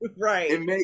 Right